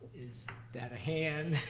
is that a hand?